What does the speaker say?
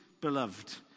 beloved